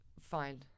Fine